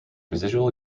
residual